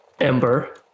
Ember